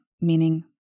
Meaning